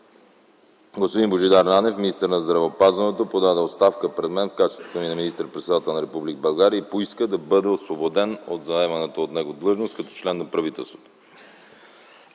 Господин Божидар Нанев като министър на здравеопазването подаде оставка пред мен в качеството ми на министър-председател на Република България и поиска да бъде освободен от заеманата от него длъжност като член на правителството.